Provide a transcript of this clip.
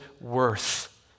worth